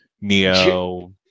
Neo